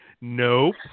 Nope